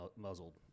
muzzled